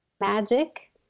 magic